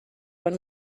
when